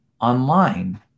online